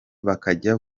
bakajya